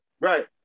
right